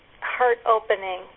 heart-opening